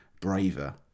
braver